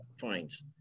fines